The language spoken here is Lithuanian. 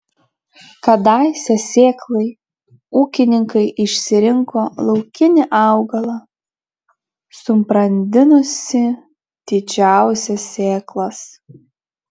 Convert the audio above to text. kadaise sėklai ūkininkai išsirinko laukinį augalą subrandinusį didžiausias sėklas